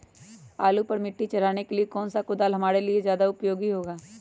आलू पर मिट्टी चढ़ाने के लिए कौन सा कुदाल हमारे लिए ज्यादा उपयोगी होगा?